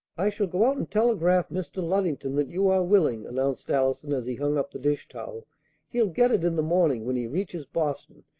i shall go out and telegraph mr. luddington that you are willing, announced allison as he hung up the dish-towel. he'll get it in the morning when he reaches boston,